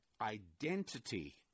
identity